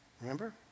Remember